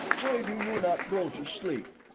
why do you not go to sleep?